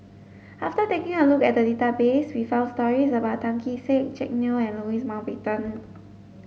after taking a look at the database we found stories about Tan Kee Sek Jack Neo and Louis Mountbatten